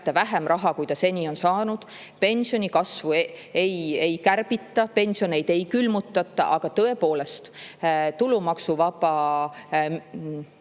vähem raha, kui ta seni on saanud. Pensionikasvu ei kärbita, pensioneid ei külmutata, aga tõepoolest, tulumaksuvabastus